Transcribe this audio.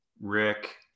Rick